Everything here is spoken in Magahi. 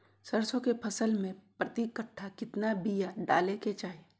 सरसों के फसल में प्रति कट्ठा कितना बिया डाले के चाही?